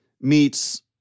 meets